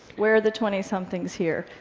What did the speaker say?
where are the twentysomethings here?